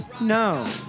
No